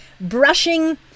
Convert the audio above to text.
brushing